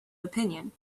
opinion